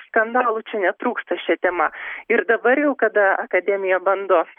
skandalų čia netrūksta šia tema ir dabar jau kada akademija bando